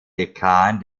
dekan